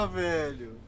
velho